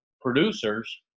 producers